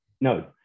No